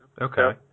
Okay